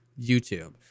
YouTube